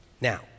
Now